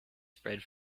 spread